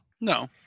No